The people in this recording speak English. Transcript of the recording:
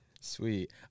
sweet